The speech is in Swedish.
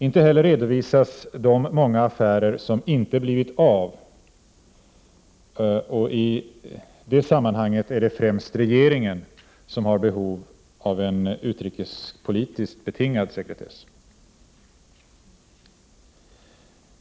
Inte heller redovisas de många affärer som inte blivit av, och i det sammanhanget är det främst regeringen som har behov av en utrikespolitiskt betingad sekretess.